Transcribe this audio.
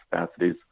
capacities